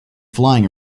flying